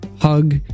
hug